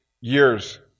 years